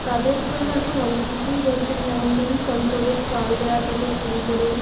তাদের জন্য এখন অনেক কিছুই করছেন যেমন ধরুন কন্ট্রোলের চাল দেওয়া থেকে শুরু করে